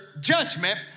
judgment